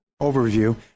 overview